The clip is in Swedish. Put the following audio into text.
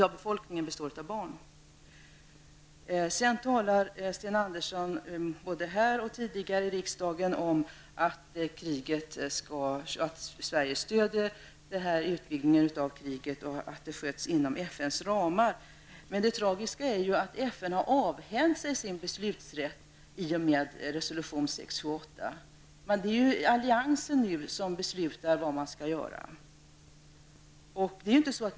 Sten Andersson har talat både nu och tidigare i riksdagen om att Sverige stöder utvidgningen av kriget och att det sköts inom FNs ramar. Men det tragiska är ju att FN har avhänt sig sin beslutanderätt i och med resolution 678. Det är ju alliansen som nu beslutar vad man skall göra.